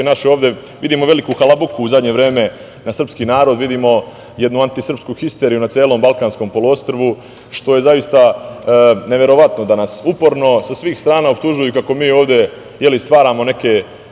komšije i vidimo veliku halabuku u zadnje vreme na srpski narod, vidimo jednu antisrpsku histeriju na celom Balkanskom poluostrvu, što je zaista neverovatno da nas uporno sa svih strana optužuju ovde kako mi stvaramo neke